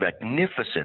magnificent